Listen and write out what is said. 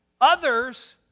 Others